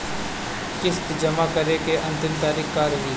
किस्त जमा करे के अंतिम तारीख का रही?